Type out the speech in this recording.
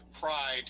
pride